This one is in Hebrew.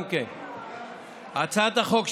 הצעת החוק,